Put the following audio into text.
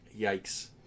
Yikes